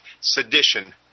sedition